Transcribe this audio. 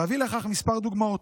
ואביא לכך כמה דוגמאות.